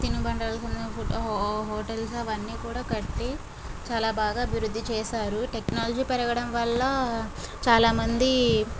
తినుబండాలు hotels అవి అన్ని కూడా కట్టి చాల బాగా బిరుదు చేసారు టెక్నాలజీ పెరగడం వల్ల చాలా మంది